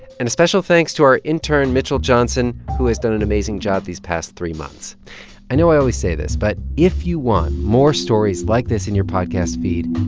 and a special thanks to our intern, mitchell johnson, who has done an amazing job these past three months i know i always say this, but if you want more stories like this in your podcast feed,